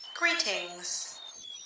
Greetings